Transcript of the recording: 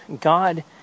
God